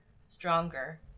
stronger